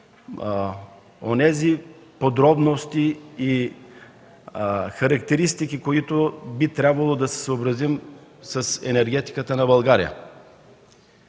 онези подробности и характеристики, с които би трябвало да се съобразим при енергетиката на България.